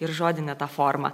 ir žodinę tą formą